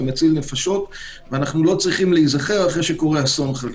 זה מציל נפשות ואנחנו לא צריכים להיזכר אחרי שקורה אסון חלילה.